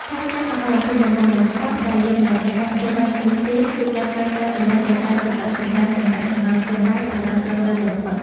ផែនការសកម្មភាពដំបូងបំផុតដែលយើងម្នាក់ៗអាចធ្វើបានភ្លាមៗ គឺការកែប្រែទម្លាប់នៃការទុកដាក់សំរាម និងកាកសំណល់ផ្ទះបាយឱ្យបានត្រឹមត្រូវបំផុត។